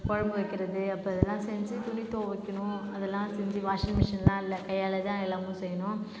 குழம்பு வைக்கிறது அப்போ இதெல்லாம் செஞ்சு துணி துவைக்கணும் அதெல்லாம் செஞ்சு வாஷிங் மிஷின்லாம் இல்லை கையால் தான் எல்லாமும் செய்யணும்